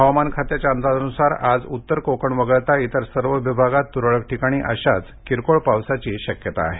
हवामान खात्याच्या अंदाजानुसार आज उत्तर कोकण वगळता इतर सर्व विभागांत तुरळक ठिकाणी अशाच किरकोळ पावसाची शक्यता आहे